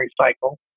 cycle